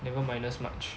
never minus much